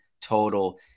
total